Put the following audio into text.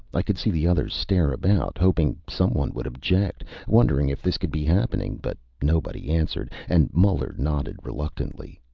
i could see the others stare about, hoping someone would object, wondering if this could be happening. but nobody answered, and muller nodded reluctantly.